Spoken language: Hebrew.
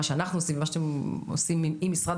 מה שאנחנו עושים ומה שאתם עושים עם משרד